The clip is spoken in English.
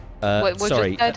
Sorry